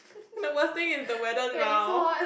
and the worst thing is the weather now